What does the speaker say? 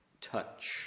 touch